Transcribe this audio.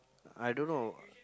I don't know